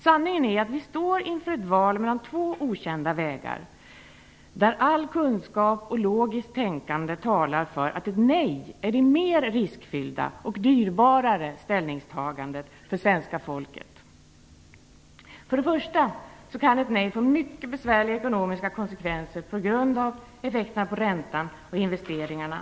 Sanningen är ju att vi står inför ett val mellan två okända vägar där all kunskap och logiskt tänkande talar för att ett nej är det mer riskfyllda och dyrbara ställningstagandet för svenska folket. För det första kan ett nej få mycket besvärliga ekonomiska konsekvenser på grund av effekterna på räntan och investeringarna.